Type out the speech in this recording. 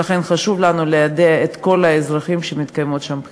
ולכן חשוב לנו ליידע את כל האזרחים שמתקיימות שם בחירות.